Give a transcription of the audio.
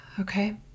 Okay